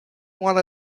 one